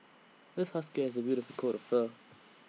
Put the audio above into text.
this husky has A beautiful coat of fur